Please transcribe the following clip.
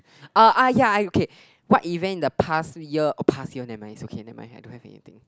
ah ah ya I okay what event in the past year oh past year never mind it's okay never mind I don't have anything